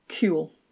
Cool